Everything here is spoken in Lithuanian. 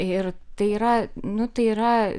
ir tai yra nu tai yra